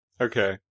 Okay